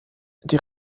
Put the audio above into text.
die